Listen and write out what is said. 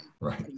Right